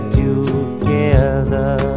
together